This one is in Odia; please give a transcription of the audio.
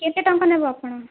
କେତେଟଙ୍କା ନେବେ ଆପଣ